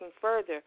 further